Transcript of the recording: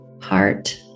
heart